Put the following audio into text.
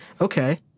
Okay